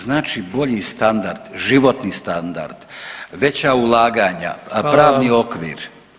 Znači bolji standard, životni standard, veća ulaganja, pravni okvir.